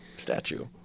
statue